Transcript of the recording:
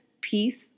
peace